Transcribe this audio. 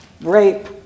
Rape